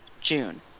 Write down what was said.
June